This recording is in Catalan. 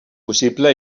possible